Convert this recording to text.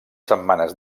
setmanes